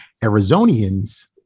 Arizonians